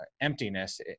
emptiness